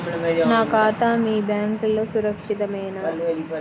నా ఖాతా మీ బ్యాంక్లో సురక్షితమేనా?